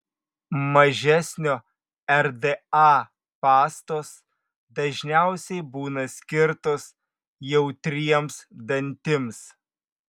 mažesnio rda pastos dažniausiai būna skirtos jautriems dantims